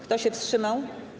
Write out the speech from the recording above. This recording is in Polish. Kto się wstrzymał?